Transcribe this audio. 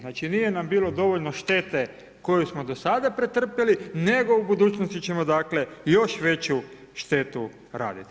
Znači, nije nam bilo dovoljno štete koju smo do sada pretrpjeli, nego u budućnosti ćemo dakle još veću štetu raditi.